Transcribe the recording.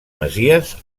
masies